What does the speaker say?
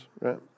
right